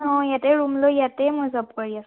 অঁ ইয়াতেই ৰুম লৈ